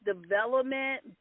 development